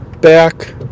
back